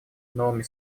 новыми